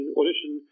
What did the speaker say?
audition